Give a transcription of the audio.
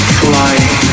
flying